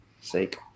sake